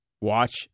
Watch